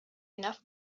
enough